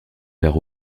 vers